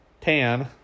tan